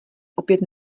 opět